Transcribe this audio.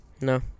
No